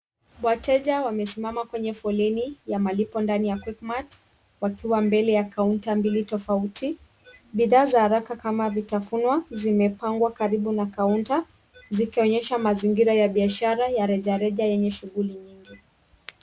Wateja wamesimama kwenye foleni ya malipo ndani ya Quick Mart wakiwa mbele ya kaunta mbili tofauti, bidhaa za haraka kama vitafunwa zimepangwa karibu na kaunta zikionyesha mazingira ya kibiashara ya rejareja yenye shughuli nyingi.